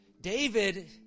David